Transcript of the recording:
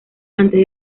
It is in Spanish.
antes